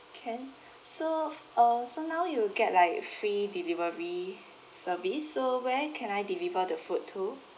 can so uh so now you'll get like free delivery service so where can I deliver the food to